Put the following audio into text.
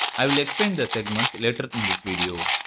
i will explain the segments later in this video.